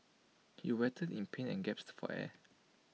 he writhed in pain and gaps for air